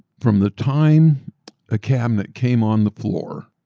from the time a cabinet came on the floor,